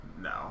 No